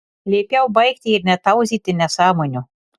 liepiau baigti ir netauzyti nesąmonių